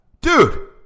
dude